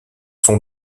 son